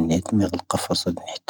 ⵏ'ⵉⴷ.